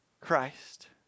Christ